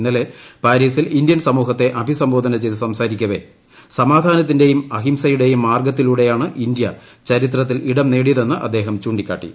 ഇന്നലെ പാരീസിൽ ഇന്ത്യൻ സമൂഹത്തെ അഭിസംബോധന ചെയ്ത് സംസാരിക്കവെ സമാധാനത്തിന്റേയും അഹിംസയുടേയും മാർഗത്തിലൂടെയാണ് ഇന്ത്യ ചരിത്രത്തിൽ ഇടം നേടിയതെന്ന് അദ്ദേഹം ചൂണ്ടിക്കാട്ടി